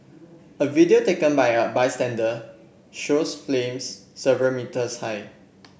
a video taken by a bystander shows flames several metres high